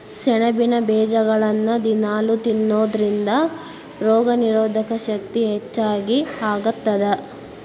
ಸೆಣಬಿನ ಬೇಜಗಳನ್ನ ದಿನಾಲೂ ತಿನ್ನೋದರಿಂದ ರೋಗನಿರೋಧಕ ಶಕ್ತಿ ಹೆಚ್ಚಗಿ ಆಗತ್ತದ